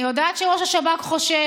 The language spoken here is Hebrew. אני יודעת שראש השב"כ חושש.